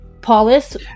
Paulus